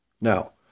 Now